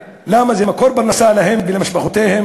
כי זה מקור פרנסה להם ולמשפחותיהם.